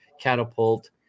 catapult